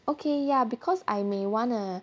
okay ya because I may want a